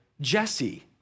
Jesse